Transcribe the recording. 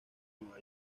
nueva